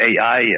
AI